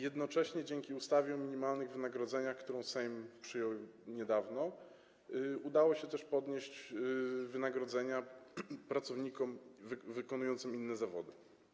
Jednocześnie dzięki ustawie o minimalnych wynagrodzeniach, którą Sejm przyjął niedawno, udało się też podnieść wynagrodzenia pracownikom wykonującym inne zawody.